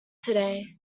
today